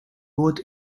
both